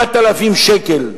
9,000 שקל.